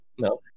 no